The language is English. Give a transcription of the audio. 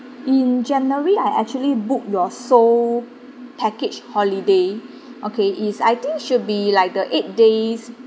in january I actually book your seoul package holiday okay is I think should be like the eight days